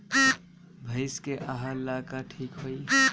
भइस के आहार ला का ठिक होई?